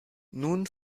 nun